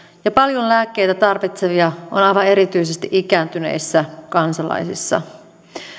ja paljon lääkkeitä tarvitsevia on aivan erityisesti ikääntyneissä kansalaisissa